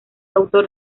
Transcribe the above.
autor